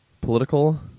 political